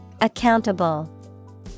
Accountable